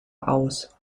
aus